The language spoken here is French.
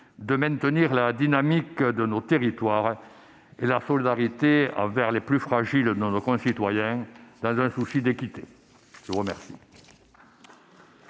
de maintenir la dynamique de nos territoires et la solidarité envers les plus fragiles de nos concitoyens, dans un souci d'équité. La parole